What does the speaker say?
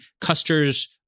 Custer's